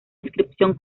inscripción